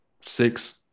six